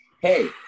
hey